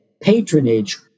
patronage